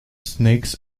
snakes